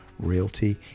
Realty